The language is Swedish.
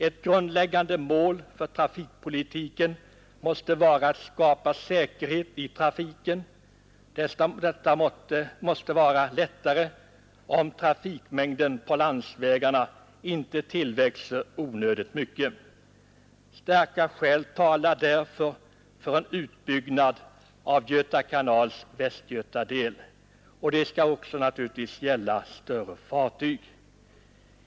Ett grundläggande mål för trafikpolitiken måste vara att skapa säkerhet i trafiken. Detta måste vara lättare om trafikmängden på landsvägarna inte tillväxer onödigt mycket. Starka skäl talar därför för en utbyggnad av Göta kanals västgötadel — och utbyggnaden skall naturligtvis också göra det möjligt att ta emot större fartyg.